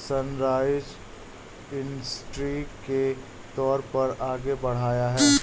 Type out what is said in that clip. sunrise industry के तौर पर आगे बढ़ाया है